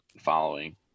following